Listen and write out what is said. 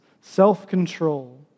self-control